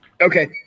okay